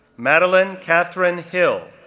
madeline catherine hill,